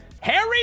Harry